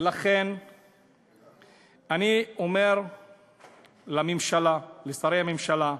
אני אומר לממשלה, לשרי הממשלה: